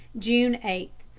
june eight,